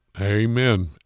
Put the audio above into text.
Amen